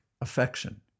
affection